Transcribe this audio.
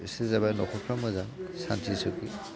बिसोरना जाबाय न'खरफ्रा मोजां सान्थि सुखि